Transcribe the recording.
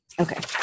okay